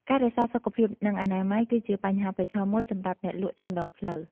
ការរក្សាសុខភាព និងអនាម័យគឺជាបញ្ហាប្រឈមមួយសម្រាប់អ្នកលក់តាមដងផ្លូវ។